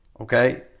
Okay